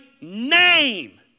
name